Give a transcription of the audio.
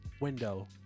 window